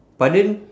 pardon